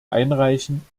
einreichen